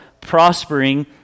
prospering